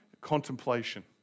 contemplation